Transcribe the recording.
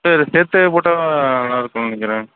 sir சேர்த்தே போட்டால் நல்லா இருக்கும்ன்னு நினக்கிறேன்